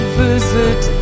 visit